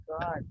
God